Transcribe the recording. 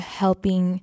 helping